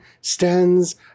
stands